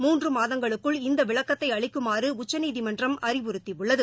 மூன்று மாதங்களுக்குள் இந்த விளக்கத்தை அளிக்குமாறு உச்சநீதிமன்றம் அறிவுறுத்தியுள்ளது